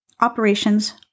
operations